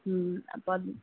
ഉം അപ്പോൾ അത്